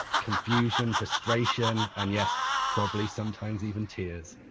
confusion, frustration, and, yes probably sometimes even tears.